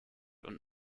und